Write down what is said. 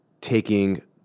taking